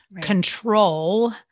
control